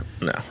no